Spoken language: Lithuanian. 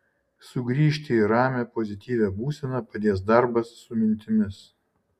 sugrįžti į ramią pozityvią būseną padės darbas su mintimis